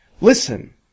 Listen